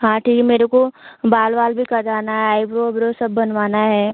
हाँ ठीक है मेरे को बाल वाल भी करवाना आईब्रो ओ ब्रो सब बनवाना है